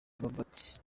albert